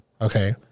okay